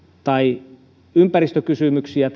tai ympäristökysymyksiä